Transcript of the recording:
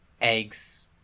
Eggs